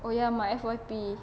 oh ya my F_Y_P